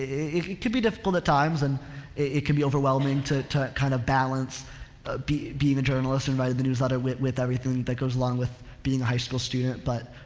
it, it could be difficult at times and it could be overwhelming to, to kind of balance ah be, being a journalist and writing the newsletter with, with everything that goes along with being a high school student. but,